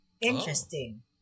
Interesting